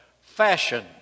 fashion